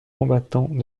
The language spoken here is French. combattants